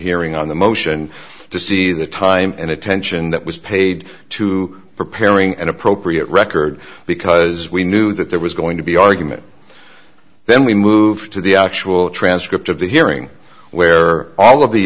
hearing on the motion to see the time and attention that was paid to preparing an appropriate record because we knew that there was going to be argument then we moved to the actual transcript of the hearing where all of the